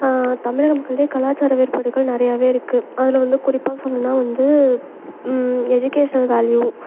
தமிழக மக்களிடையே கலாச்சார வேறுபாடுகள் நிறையாவே இருக்குது அதில் வந்து குறிப்பாக சொல்லணுன்னா வந்து எஜுகேஷ்னல் வேல்யூ